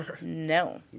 No